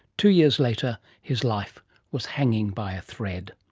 two years later, his life was hanging by a thread.